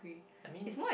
I mean